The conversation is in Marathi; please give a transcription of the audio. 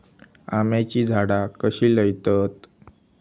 आम्याची झाडा कशी लयतत?